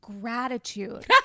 gratitude